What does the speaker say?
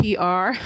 PR